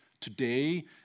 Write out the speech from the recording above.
Today